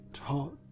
hot